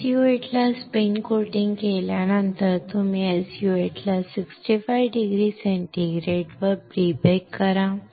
आणि SU 8 ला spin coating केल्यानंतर तुम्ही SU 8 ला 65 डिग्री सेंटीग्रेडवर प्री बेक करा